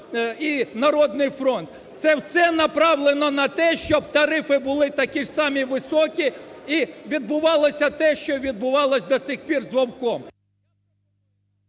і "Народний фронт". Це все направлено на те, щоб тарифи були такі ж самі високі і відбувалося те, що відбувалося до цих пір з Вовком.